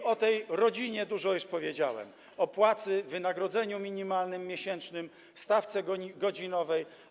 I o tej rodzinie dużo już powiedziałem, o płacy, wynagrodzeniu minimalnym miesięcznym, stawce godzinowej również.